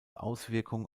auswirkung